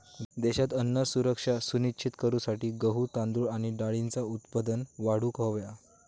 देशात अन्न सुरक्षा सुनिश्चित करूसाठी गहू, तांदूळ आणि डाळींचा उत्पादन वाढवूक हव्या